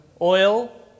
oil